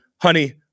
honey